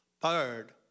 Third